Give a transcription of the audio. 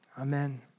Amen